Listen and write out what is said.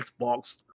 Xbox